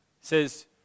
says